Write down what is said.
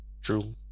true